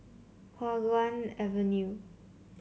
Hua Guan Avenue